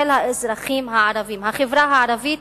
של האזרחים הערבים: החברה הערבית